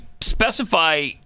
specify